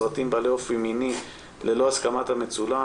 סרטים בעלי אופי מיני ללא הסכמת המצולם